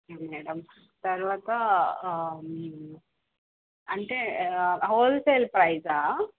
okay madam తర్వాత అంటే wholesale ప్రైసా